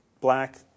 black